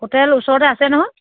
hotel ওচৰতে আছে নহয়